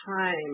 time